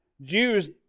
Jews